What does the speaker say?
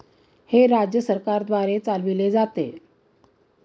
हे राज्य सरकारद्वारे चालविले जाते